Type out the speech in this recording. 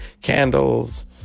candles